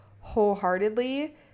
wholeheartedly